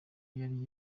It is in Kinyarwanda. yari